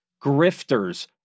grifters